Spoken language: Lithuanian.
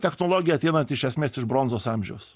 technologija ateinanti iš esmės iš bronzos amžiaus